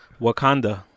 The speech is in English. Wakanda